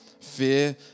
fear